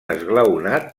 esglaonat